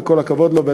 וכל הכבוד לו.